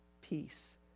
peace